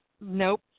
Nope